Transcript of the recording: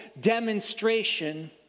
demonstration